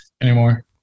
anymore